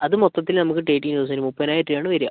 അത് മൊത്തത്തിൽ നമുക്ക് തേർട്ടി തൗസൻറ് മുപ്പതിനായിരം രൂപയാണ് വരിക